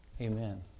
Amen